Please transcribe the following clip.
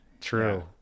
true